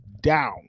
down